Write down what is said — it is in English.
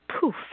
poof